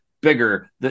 bigger